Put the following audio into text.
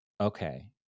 Okay